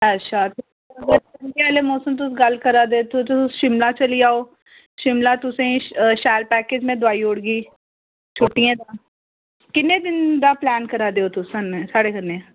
अच्छा ठंडै आह्ले मौसम तुस गल्ल करा दे ओ तुस शिमला चली जाओ शिमला तुसें ई शैल पैकेज में दोआई ओड़गी छुट्टियां दा किन्ने दिन दा प्लान करा दे तुस सा साढ़े कन्नै